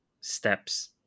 steps